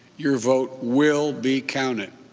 your vote will be counted.